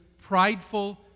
prideful